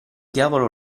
diavolo